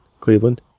Cleveland